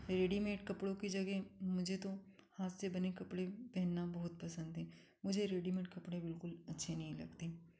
ready made कपड़ों की जगह मुझे तो हाथ से बने कपड़े पहनना बहुत पसंद है मुझे रडी मेड कपड़े बिल्कुल अच्छे नहीं लगते